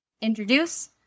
introduce